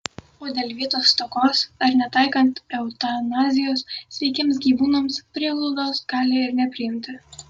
o dėl vietos stokos ar netaikant eutanazijos sveikiems gyvūnams prieglaudos gali ir nepriimti